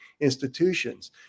institutions